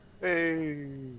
Hey